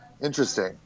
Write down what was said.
Interesting